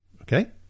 Okay